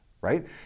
right